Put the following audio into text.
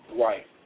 Right